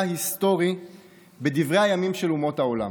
היסטורי בדברי הימים של אומות העולם.